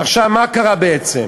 עכשיו מה קרה בעצם?